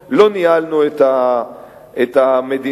לא ניהלנו את המדינה.